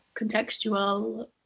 contextual